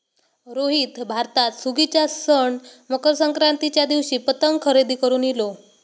रोहित भारतात सुगीच्या सण मकर संक्रांतीच्या दिवशी पतंग खरेदी करून इलो